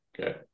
okay